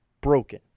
broken